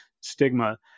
stigma